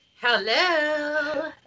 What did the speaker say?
Hello